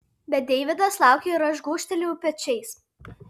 bet deividas laukė ir aš gūžtelėjau pečiais